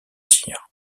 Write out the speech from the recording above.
tir